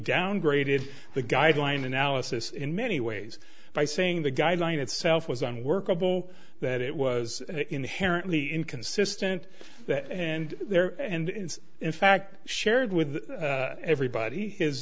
downgraded the guideline analysis in many ways by saying the guideline itself was unworkable that it was inherently inconsistent and there and in fact shared with everybody is